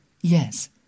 Yes